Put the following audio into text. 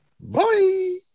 Bye